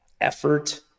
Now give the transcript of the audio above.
effort